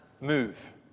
move